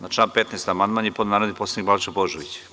Na član 15. amandman je podneo narodni poslanik Balša Božović.